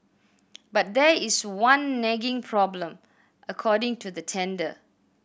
but there is one nagging problem according to the tender